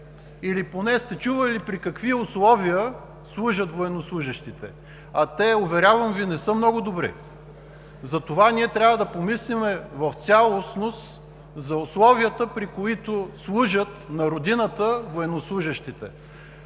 или поне сте чували при какви условия служат военнослужещите, а те, уверявам Ви, не са много добри. Затова ние трябва да помислим в цялост за условията, при които служат на родината военнослужещите,